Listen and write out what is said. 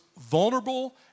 vulnerable